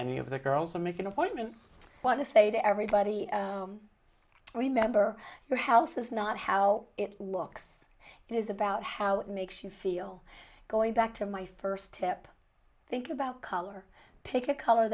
any of the girls or make an appointment want to say to everybody remember your house is not how it looks it is about how it makes you feel going back to my first tip think about color pick a color